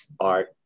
art